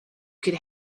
could